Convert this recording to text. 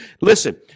Listen